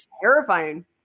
terrifying